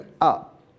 up